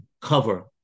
cover